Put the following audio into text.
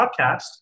podcast